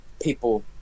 people